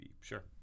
Sure